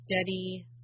steady